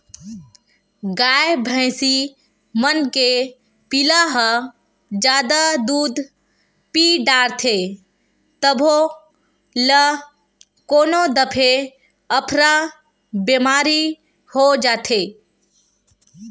गाय भइसी मन के पिला ह जादा दूद पीय डारथे तभो ल कोनो दफे अफरा बेमारी हो जाथे